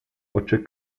oczy